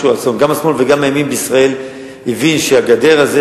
גם השמאל וגם הימין בישראל הבינו שהגדר הזאת